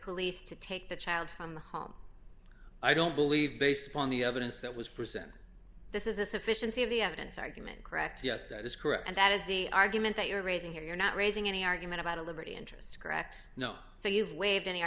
police to take the child from the home i don't believe based upon the evidence that was present this is a sufficiency of the evidence argument correct yes that is correct and that is the argument that you're raising here you're not raising any argument about a liberty interest correct no so you've waived any